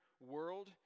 world